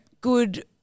good